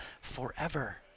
forever